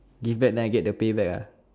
give back then I get the pay back ah